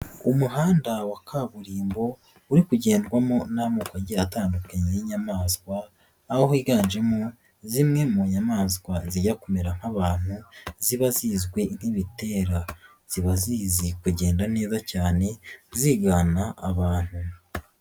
Umuhanda wa kaburimbo uri kugendwamo n'amoko agiye atandukanye y'inyamaswa, aho higanjemo zimwe mu nyamaswa zijya kumera nk'abantu ziba zizwi nk'ibitera, ziba zizi kugenda neza cyane zigana abantu.